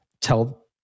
Tell